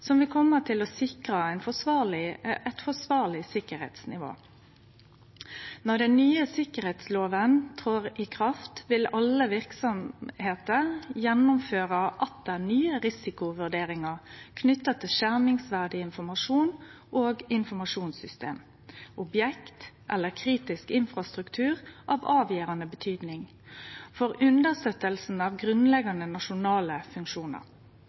som vil sikre eit forsvarleg sikkerheitsnivå. Når den nye sikkerheitslova trår i kraft, vil alle verksemder igjen gjennomføre nye risikovurderingar knytte til skjermingsverdig informasjon og informasjonssystem, objekt eller kritisk infrastruktur av avgjerande betyding for å støtte opp under grunnleggjande nasjonale funksjonar.